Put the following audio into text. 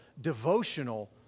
devotional